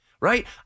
right